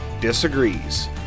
disagrees